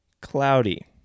cloudy